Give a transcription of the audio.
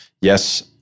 Yes